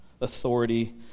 authority